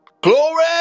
Glory